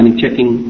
checking